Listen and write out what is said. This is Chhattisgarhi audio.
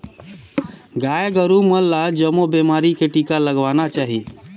गाय गोरु मन ल जमो बेमारी के टिका लगवाना चाही